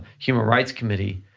human rights committee,